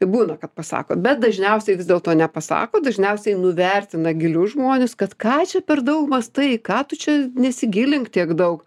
būna kad pasako bet dažniausiai vis dėlto nepasako dažniausiai nuvertina gilius žmones kad ką čia per daug mąstai ką tu čia nesigilink tiek daug